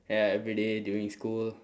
ya everyday during school